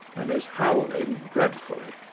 and is howling dreadfully